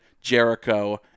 Jericho